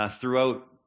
throughout